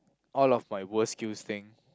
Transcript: all of my worse skills thing